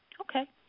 Okay